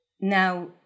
Now